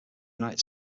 united